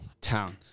town